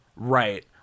Right